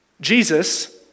Jesus